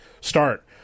start